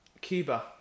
Cuba